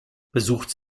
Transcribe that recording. besucht